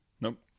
nope